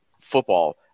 football